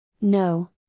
No